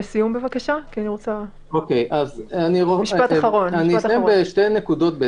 אסיים בשתי נקודות.